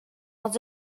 els